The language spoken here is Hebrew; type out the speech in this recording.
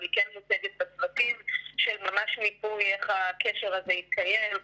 אבל היא כן מוצגת בצוותים של מיפוי איך הקשר הזה יתקיים,